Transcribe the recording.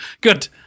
Good